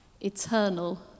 eternal